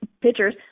pictures